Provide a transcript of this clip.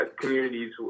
communities